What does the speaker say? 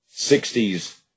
60s